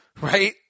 right